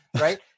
Right